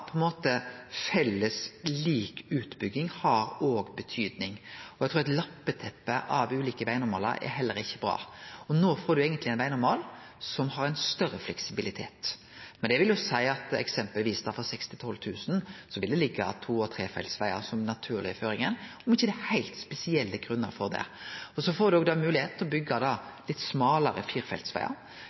felles, lik utbygging har betyding, og eg trur at eit lappeteppe av ulike vegnormalar heller ikkje er bra. No får ein eigentleg ein vegnormal som har større fleksibilitet. Men det vil seie at eksempelvis frå 6 000 til 12 000 vil to- og trefeltsvegar liggje som den naturlege føringa – om det ikkje er heilt spesielle grunnar for det. Så får ein òg moglegheit til å byggje litt smalare firefeltsvegar.